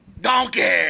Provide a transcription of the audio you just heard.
Donkey